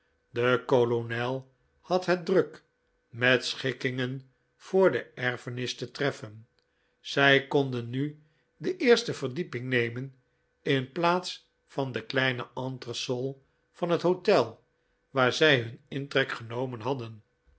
de kolonel had het druk met schikkingen voor de erfenis te treffen zij konden nu de eerste verdieping nemen in plaats van de kleine entresol van het hotel waar zij hun intrek genomen hadden